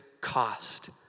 cost